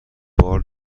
بار